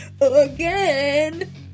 Again